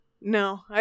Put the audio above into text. No